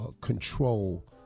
control